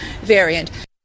variant